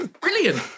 brilliant